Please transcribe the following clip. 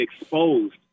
exposed